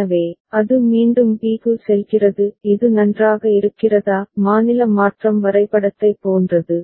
எனவே அது மீண்டும் b க்கு செல்கிறது இது நன்றாக இருக்கிறதா மாநில மாற்றம் வரைபடத்தைப் போன்றது